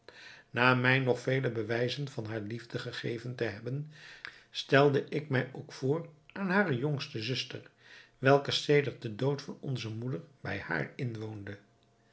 na mij nog vele bewijzen van hare liefde gegeven te hebben stelde ik mij ook voor aan hare jongste zuster welke sedert den dood van onze moeder bij haar inwoonde